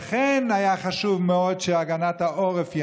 לכן היה חשוב מאוד שהגנת העורף,